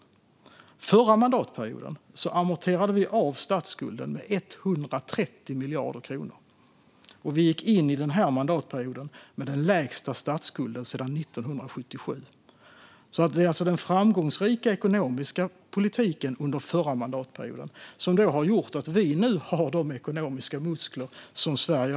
Under den förra mandatperioden amorterade vi av statsskulden med 130 miljarder kronor, och vi gick in i denna mandatperiod med den lägsta statsskulden sedan 1977. Det är alltså den framgångsrika ekonomiska politiken under den förra mandatperioden som har gjort att Sverige nu har ekonomiska muskler.